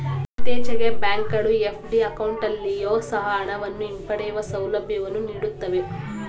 ಇತ್ತೀಚೆಗೆ ಬ್ಯಾಂಕ್ ಗಳು ಎಫ್.ಡಿ ಅಕೌಂಟಲ್ಲಿಯೊ ಸಹ ಹಣವನ್ನು ಹಿಂಪಡೆಯುವ ಸೌಲಭ್ಯವನ್ನು ನೀಡುತ್ತವೆ